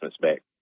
back